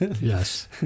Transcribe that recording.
Yes